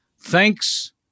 thanks